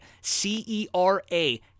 C-E-R-A